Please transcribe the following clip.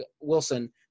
Wilson